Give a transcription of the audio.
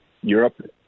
Europe